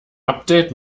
update